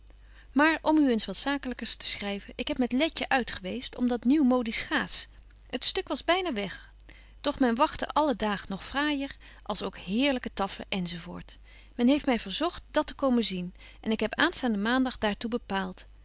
maar om u eens wat zakelykers te schryven ik heb met letje uit geweest om dat nieuwmodiesch gaas het stuk was byna weg doch men wagtte alle daag nog fraaijer als ook heerlyke taffen enz men heeft my verzogt dat te komen zien en ik heb aanstaanden maandag daar toe bepaalt